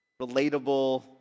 relatable